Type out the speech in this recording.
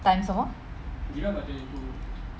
times 什么